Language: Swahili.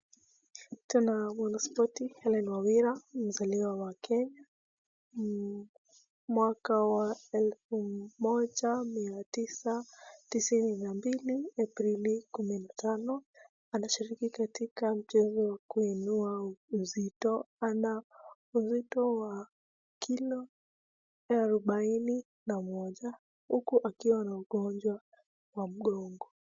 Tunaona mwanaspoti Hellen Wawira mzaliwa wa Kenya mwaka wa elfu moja mia tisa tisini na mbili Aprili kumi na tano. Anashiriki katika mchezo wa kuinua uzito. Ana uzito wa kilo arubaini na moja huku akiwa na ugonjwa wa mgongo.